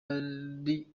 ari